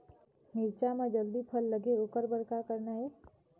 मिरचा म जल्दी फल लगे ओकर बर का करना ये?